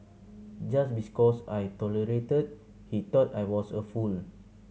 just cause I tolerated he thought I was a fool